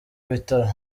bitaro